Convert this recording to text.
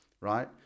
right